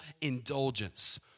indulgence